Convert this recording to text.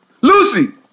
Lucy